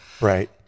Right